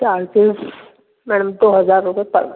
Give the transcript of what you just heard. charges madam दो हज़ार रुपये पर मंथ